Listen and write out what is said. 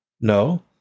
No